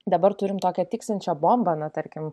dabar turim tokią tiksinčią bombą na tarkim